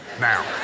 now